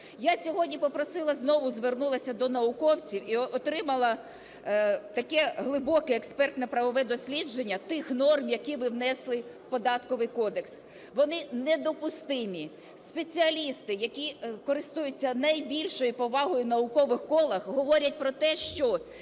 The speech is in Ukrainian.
попросила і знову звернулася до науковців, і отримала таке глибоке експертно-правове дослідження тих норм, які ви внесли в Податковий кодекс, вони недопустимі. Спеціалісти, які користуються найбільшою повагою в наукових колах говорять про те, що